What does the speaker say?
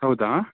ಹೌದಾ